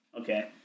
Okay